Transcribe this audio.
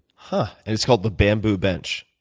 but and it's called the bamboo bench?